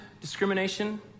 discrimination